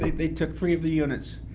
they took three of the units,